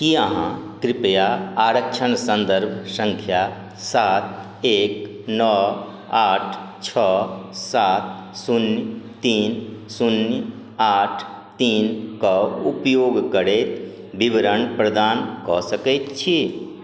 कि अहाँ कृपया आरक्षण सन्दर्भ सँख्या सात एक नओ आठ छओ सात शून्य तीन शून्य आठ तीनके उपयोग करैत विवरण प्रदान कऽ सकै छी